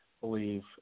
believe